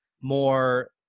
more